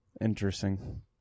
Interesting